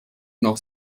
noch